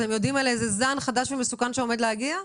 אתם יודעים על איזה זן חדש ומסוכן שעומד להגיע?